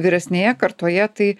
vyresnėje kartoje tai